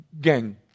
Gang